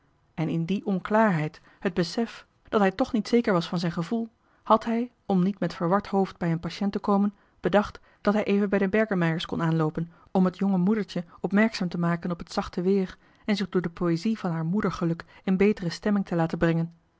en in die onklaarheid het besef dat hij toch niet zeker was van zijn gevoel had hij om niet met verward hoofd bij een patient johan de meester de zonde in het deftige dorp te komen bedacht dat hij even bij de berkemeier's kon aanloopen om het jonge moedertje opmerkzaam te maken op het zachte weer om zich door de poëzie van haar moedergeluk in beter stemming te laten brengen